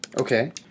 Okay